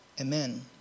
amen